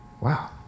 Wow